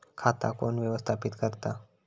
खाता कोण व्यवस्थापित करता?